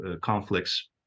conflicts